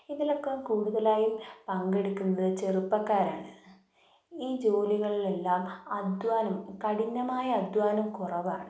ഇതിലൊക്കെ കൂടുതലായും പങ്കെടുക്കുന്നത് ചെറുപ്പക്കാരാണ് ഈ ജോലികളിലെല്ലാം അദ്ധ്വാനം കഠിനമായ അദ്ധ്വാനം കുറവാണ്